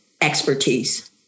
expertise